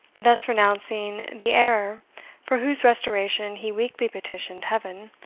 thus renouncing the heir for whose restoration he weekly petitioned heaven,